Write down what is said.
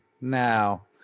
now